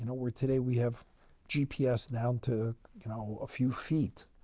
and where today we have gps now to you know a few feet.